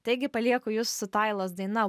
taigi palieku jus su tailos daina